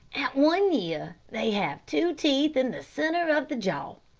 at one year they have two teeth in the centre of the jaw.